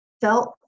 felt